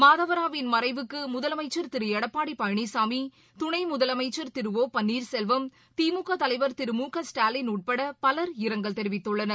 மாதவராவின் மறைவக்கு முதலமைச்சர் தி ரு எடப்பாடி பழ்னிசாமி துண் முதலமைச்சர் திரு ஒப்பள்ளீர் செல்வம் தி முக் தலைவர் திரு மும்க் ஸ்டாலின் உட்பட்ட பலர் இரங்கல் தெரிவித்துள்ளனர்